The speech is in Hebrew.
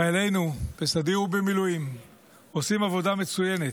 חיילינו בסדיר ובמילואים עושים עבודה מצוינת.